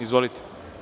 Izvolite.